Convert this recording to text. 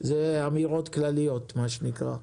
זה אמירות כלליות מה שנקרא.